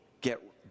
get